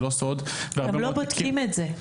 הם לא בודקים את זה.